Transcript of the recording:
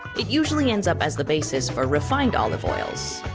it usually ends up as the basis for refined olive oils.